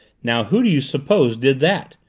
now who do you suppose did that?